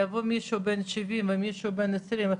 יבוא מישהו בן 70 ומישהו בן 20,